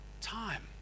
time